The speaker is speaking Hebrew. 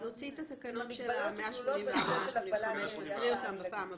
את התקנות מספר 183, 185, נקריא בפעם הבאה.